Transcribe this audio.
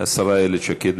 השרה איילת שקד.